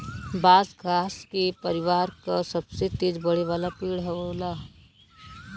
बांस घास के परिवार क सबसे तेज बढ़े वाला पेड़ होला